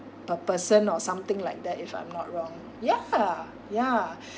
per person or something like that if I'm not wrong ya ya